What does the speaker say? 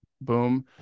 boom